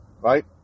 Right